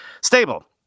stable